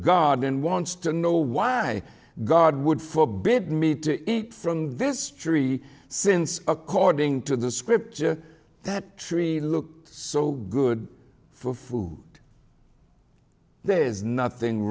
and wants to know why god would forbidden me to eat from this tree since according to the scripture that tree looked so good for food there is nothing